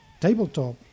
tabletop